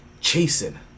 Chasing